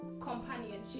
companionship